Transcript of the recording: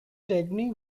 technique